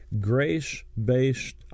grace-based